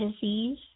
disease